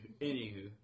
Anywho